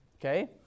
okay